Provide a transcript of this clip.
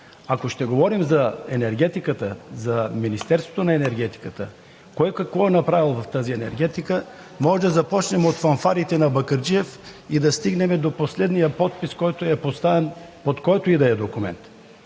Ако ще говорим за енергетиката, за Министерството на енергетиката, кой какво е направил в тази енергетика, можем да започнем от фанфарите на Бакърджиев и да стигнем до последния подпис, който е поставен под който и да е документ.